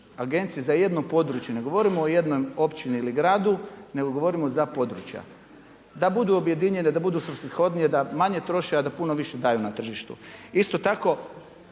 agencije za jedno područje. Ne govorimo o jednoj općini ili gradu nego govorimo za područja, da budu objedinjene, da budu svrsishodnije, a manje troše, a da puno više daju na tržištu. Isto tako